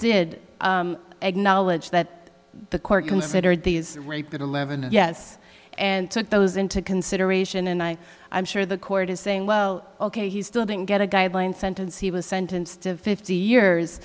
did acknowledge that the court considered these rape eleven a yes and took those into consideration and i i'm sure the court is saying well ok he still didn't get a guideline sentence he was sentenced to fifty years